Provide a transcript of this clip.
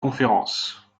conférences